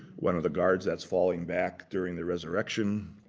one of the guards that's falling back during the resurrection.